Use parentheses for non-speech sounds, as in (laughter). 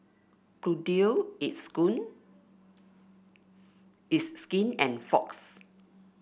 Bluedio it's (unintelligible) It's Skin and Fox